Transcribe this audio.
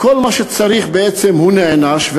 בכל מה שצריך הוא נענש.